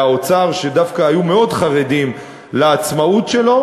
והאוצר, שדווקא היו מאוד חרדים לעצמאות שלו.